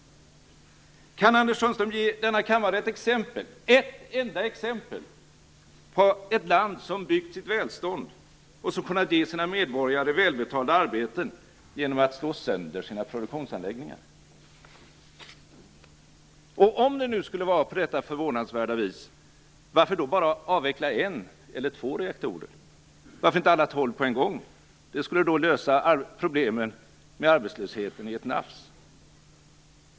Kan Anders Sundström ge denna kammare ett exempel - ett enda exempel - på ett land som byggt sitt välstånd och som kunnat ge sina medborgare välbetalda arbeten genom att slå sönder sina produktionsanläggningar? Och om det nu skulle vara på detta förvånansvärda vis - varför då bara avveckla en eller två reaktorer? Varför inte alla tolv på en gång? Det skulle då lösa problemen med arbetslösheten i ett nafs.